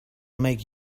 make